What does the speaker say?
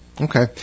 Okay